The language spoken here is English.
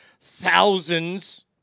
thousands